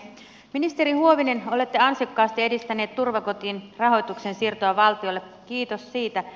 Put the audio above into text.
ministeri huovinen olette ansiokkaasti edistänyt turvakotien rahoituksen siirtoa valtiolle kiitos siitä